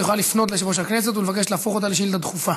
את יכולה לפנות ליושב-ראש הכנסת ולבקש להפוך אותה לשאילתה דחופה.